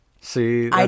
see